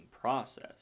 process